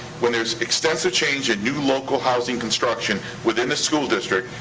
when there's extensive change in new local housing construction within the school district,